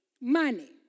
money